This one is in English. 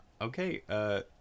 Okay